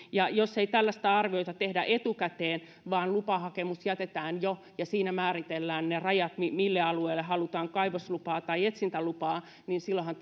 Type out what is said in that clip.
ja jos ei tällaista arviota tehdä etukäteen vaan lupahakemus jätetään jo ja siinä määritellään ne rajat mille alueelle halutaan kaivoslupaa tai etsintälupaa niin silloinhan